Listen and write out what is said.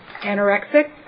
anorexic